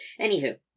Anywho